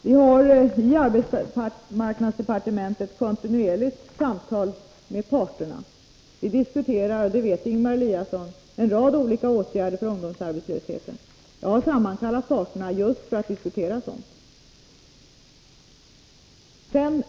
Vi har i arbetsmarknadsdepartementet kontinuerligt samtal med parterna. Vi diskuterar, det vet Ingemar Eliasson, en rad åtgärder mot ungdomsarbetslösheten. Jag har sammankallat parterna just för att diskutera sådant.